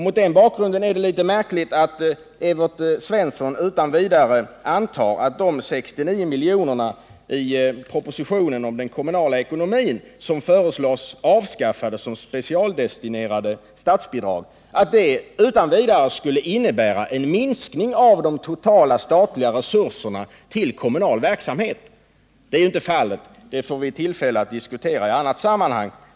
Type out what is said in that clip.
Mot den bakgrunden är det litet märkligt att Evert Svensson antar att de 69 milj.kr., som i propositionen om den kommunala ekonomin föreslås avskaffade som specialdestinerade statsbidrag, skulle innebära en minskning av de totala statliga resurserna till kommunal verksamhet. Det är inte fallet, något som vi får tillfälle att diskutera i annat sammanhang.